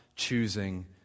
choosing